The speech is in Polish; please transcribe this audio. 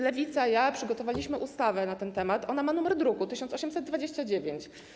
Lewica i ja przygotowaliśmy ustawę na ten temat - ona ma numer druku 1829.